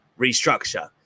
restructure